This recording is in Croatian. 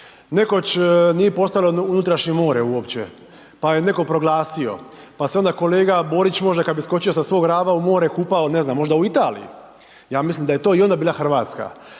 Nekoć nije postojalo unutrašnje more uopće, pa je netko proglasio, pa se onda kolega Borić može kad bi skočio sa svoga Raba u more kupao, ne znam, možda u Italiji, ja mislim da je to i onda bila RH, pa